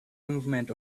movement